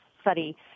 study